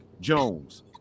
Jones